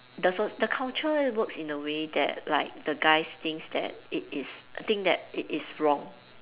the so the culture works in a way that like the guys think that it is I think that it is wrong